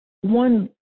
one